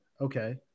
Okay